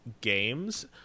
games